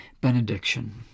benediction